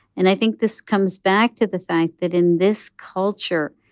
and i think this comes back to the fact that in this culture,